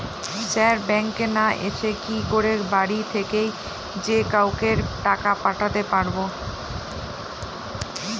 Sir ব্যাঙ্কে না এসে কি করে বাড়ি থেকেই যে কাউকে টাকা পাঠাতে পারবো?